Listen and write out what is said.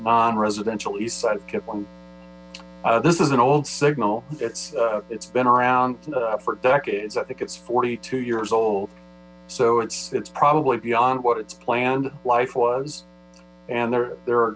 non residential east side of cape this is an old signal it's it's been around for decades i think it's forty two years old so it's it's probably beyond what it's planned life was and there there are